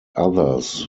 others